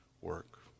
work